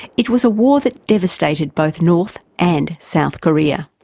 it was a war that devastated both north and south korea.